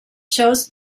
shows